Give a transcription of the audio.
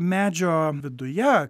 medžio viduje